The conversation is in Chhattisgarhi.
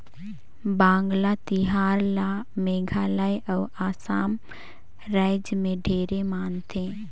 वांगला तिहार ल मेघालय अउ असम रायज मे ढेरे मनाथे